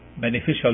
beneficial